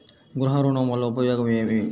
గృహ ఋణం వల్ల ఉపయోగం ఏమి?